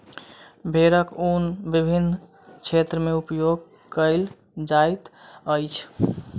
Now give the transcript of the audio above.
भेड़क ऊन विभिन्न क्षेत्र में उपयोग कयल जाइत अछि